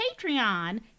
Patreon